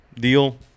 deal